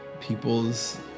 people's